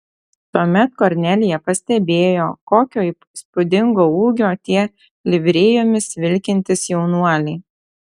tuomet kornelija pastebėjo kokio įspūdingo ūgio tie livrėjomis vilkintys jaunuoliai